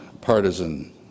partisan